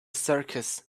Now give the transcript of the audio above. circus